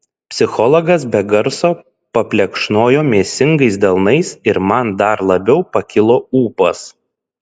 psichologas be garso paplekšnojo mėsingais delnais ir man dar labiau pakilo ūpas